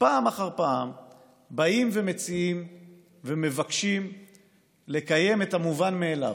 פעם אחר פעם באים ומציעים ומבקשים לקיים את המובן מאליו,